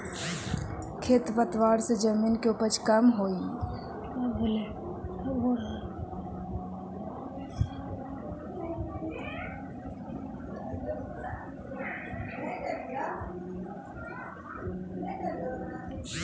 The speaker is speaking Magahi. खेर पतवार से जमीन के उपज कमऽ हई